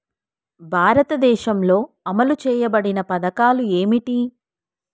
భారతదేశంలో అమలు చేయబడిన పథకాలు ఏమిటి?